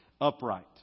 upright